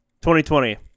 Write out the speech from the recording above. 2020